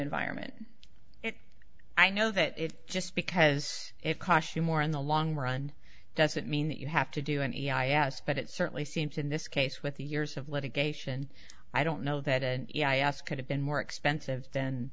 environment if i know that it's just because it costs you more in the long run doesn't mean that you have to do any i ask but it certainly seems in this case with the years of litigation i don't know that and yeah i ask could have been more expensive th